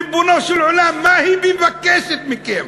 ריבונו של עולם, מה מבקשים מכם?